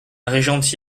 régente